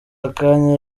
akanya